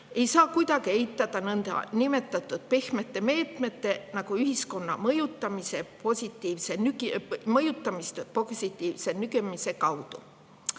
ei saa kuidagi eitada nõndanimetatud pehmete meetmete, nagu ühiskonna mõjutamine positiivse nügimise kaudu,